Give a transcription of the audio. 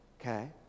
Okay